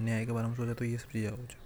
न्याय च तो ये है।